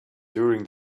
during